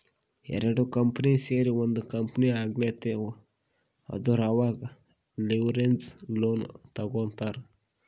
ಎರಡು ಕಂಪನಿ ಸೇರಿ ಒಂದ್ ಕಂಪನಿ ಆಗ್ಲತಿವ್ ಅಂದುರ್ ಅವಾಗ್ ಲಿವರೇಜ್ ಲೋನ್ ತಗೋತ್ತಾರ್